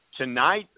Tonight